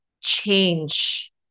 change